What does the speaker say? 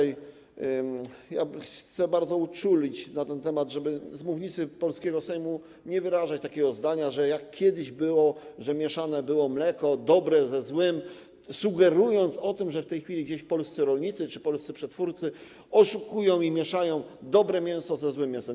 Ja chcę bardzo uczulić na ten temat, żeby z mównicy polskiego Sejmu nie wyrażać takiego zdania, że jest tak, jak było kiedyś, że było mieszane mleko dobre ze złym, sugerując, że w tej chwili gdzieś polscy rolnicy czy polscy przetwórcy oszukują i mieszają dobre mięso ze złym mięsem.